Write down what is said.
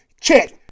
check